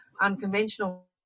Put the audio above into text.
unconventional